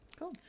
Cool